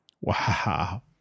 Wow